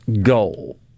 goal